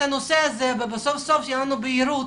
הנושא הזה וסוף סוף תהיה לנו בהירות